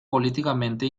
políticamente